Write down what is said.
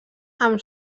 amb